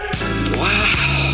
Wow